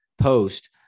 post